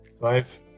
Five